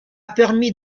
permis